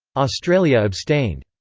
australia abstained.